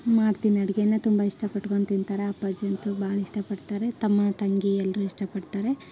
ಮಾಡ್ತೀನಿ ಅಡ್ಗೆಯನ್ನ ತುಂಬ ಇಷ್ಟಪಡ್ಕೊಂಡು ತಿಂತಾರೆ ಅಪ್ಪಾಜಿಯಂತೂ ಭಾಳ್ ಇಷ್ಟಪಡ್ತಾರೆ ತಮ್ಮ ತಂಗಿ ಎಲ್ಲರೂ ಇಷ್ಟಪಡ್ತಾರೆ